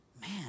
man